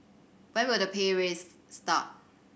when will the pay raise start